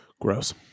Gross